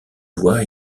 voix